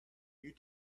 you